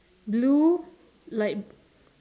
blue like